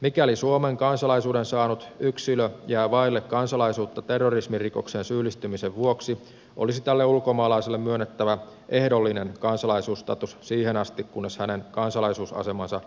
mikäli suomen kansalaisuuden saanut yksilö jää vaille kansalaisuutta terrorismirikokseen syyllistymisen vuoksi olisi tälle ulkomaalaiselle myönnettävä ehdollinen kansalaisuusstatus siihen asti kunnes hänen kansalaisuusasemansa